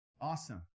Awesome